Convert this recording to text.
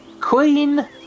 Queen